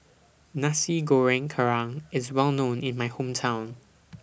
Nasi Goreng Kerang IS Well known in My Hometown